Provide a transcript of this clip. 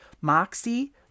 Moxie